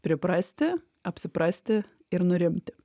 priprasti apsiprasti ir nurimti